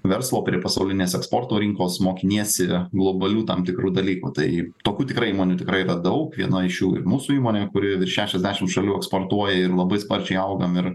verslo prie pasaulinės eksporto rinkos mokiniesi globalių tam tikrų dalykų tai tokių tikrai įmonių tikrai yra daug viena iš jų mūsų įmonė kuri virš šešiasdešim šalių eksportuoja ir labai sparčiai augam ir